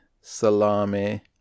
salami